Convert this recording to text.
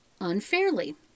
unfairly